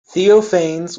theophanes